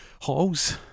Halls